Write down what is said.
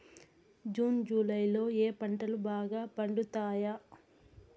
June July లో ఏ పంటలు బాగా పండుతాయా?